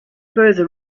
further